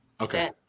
Okay